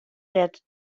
let